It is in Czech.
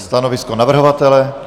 Stanovisko navrhovatele?